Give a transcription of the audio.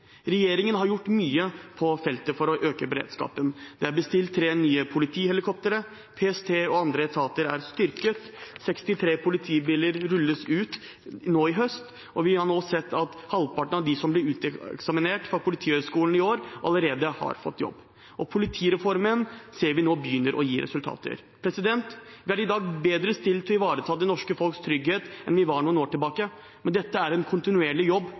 Regjeringen har gjort mye på feltet for å øke beredskapen: Tre nye politihelikoptre er bestilt, PST og andre etater er styrket, 63 politibiler rulles ut nå i høst, og vi har sett at halvparten av dem som blir uteksaminert fra Politihøgskolen i år, allerede har fått jobb. Politireformen ser vi nå begynner å gi resultater. Vi er i dag bedre stilt til å ivareta det norske folks trygghet enn det vi var for noen år tilbake. Men dette er en kontinuerlig jobb,